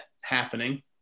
happening